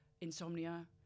insomnia